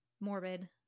morbid